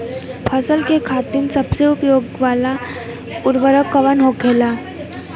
फसल के खातिन सबसे उपयोग वाला उर्वरक कवन होखेला?